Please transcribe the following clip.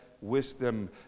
wisdom